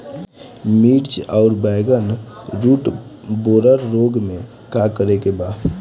मिर्च आउर बैगन रुटबोरर रोग में का करे के बा?